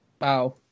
Wow